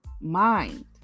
mind